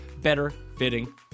better-fitting